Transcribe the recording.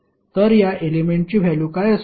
तर या एलेमेंटची व्हॅल्यु काय असेल